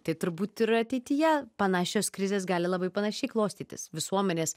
tai turbūt ir ateityje panašios krizės gali labai panašiai klostytis visuomenės